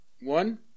One